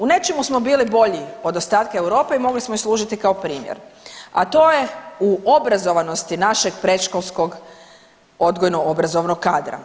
U nečemu smo bili bolji od ostatka Europe i mogli smo im služiti kao primjer, a to je u obrazovanosti našeg predškolskog odgojno obrazovnog kadra.